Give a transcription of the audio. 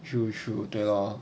住宿对咯